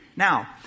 Now